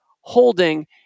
holding